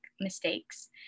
mistakes